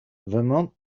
vermont